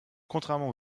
contrairement